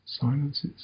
silences